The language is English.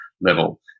level